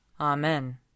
Amen